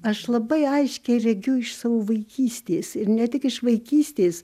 aš labai aiškiai regiu iš savo vaikystės ir ne tik iš vaikystės